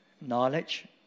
knowledge